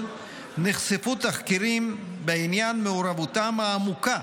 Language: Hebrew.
נחשפו תחקירים בעניין מעורבותם העמוקה